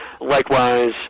Likewise